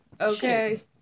Okay